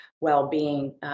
well-being